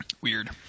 Weird